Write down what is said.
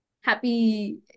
happy